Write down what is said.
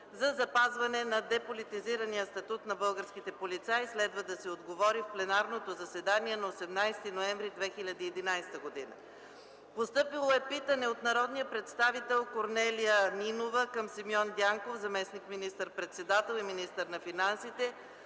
за запазване на деполитизирания статут на българските полицаи. Следва да се отговори в пленарното заседание на 18 ноември 2011 г.; - народния представител Корнелия Нинова към Симеон Дянков – заместник министър-председател и министър на финансите,